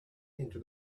into